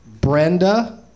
Brenda